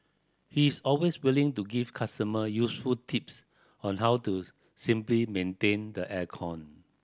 he is always willing to give customer useful tips on how to simply maintain the air con